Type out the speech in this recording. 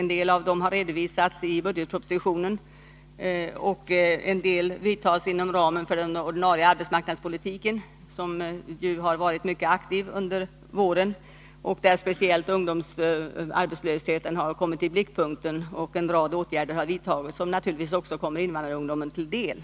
En del har redovisats i budgetpropositionen, och en del vidtas inom ramen för den ordinarie arbetsmarknadspolitiken, som ju har varit mycket aktiv under våren. Där har speciellt ungdomsarbetslösheten kommit i blickpunkten, och en rad åtgärder har vidtagits som naturligtvis också kommer invandrarungdomen till del.